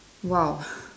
!wow!